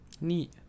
Neat